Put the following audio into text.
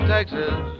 Texas